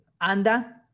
anda